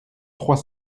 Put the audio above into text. trois